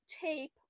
tape